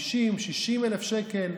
60,000-50,000 שקלים.